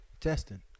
Testing